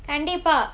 கண்டிப்பா:kandippaa